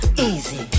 Easy